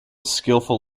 skillful